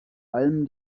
allem